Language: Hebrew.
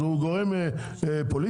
אז הוא גורם פוליטי?